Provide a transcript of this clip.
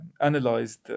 analyzed